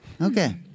Okay